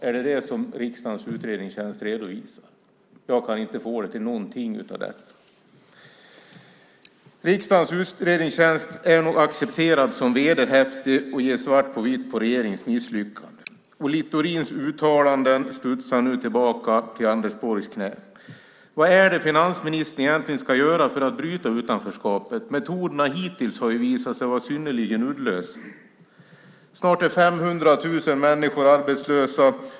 Är det vad riksdagens utredningstjänst redovisar? Jag kan inte få det till någonting av detta. Riksdagens utredningstjänst är accepterad som vederhäftig och ger svart på vitt om regeringens misslyckanden. Littorins uttalanden studsar nu tillbaka till Anders Borgs knä. Vad är det finansministern egentligen ska göra för att bryta utanförskapet? Metoderna hittills har visat sig vara synnerligen uddlösa. Snart är 500 000 människor arbetslösa.